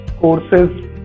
courses